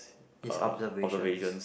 his observations